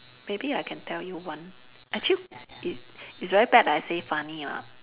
maybe I can tell you one actually it's it's very bad that I say funny lah but